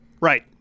Right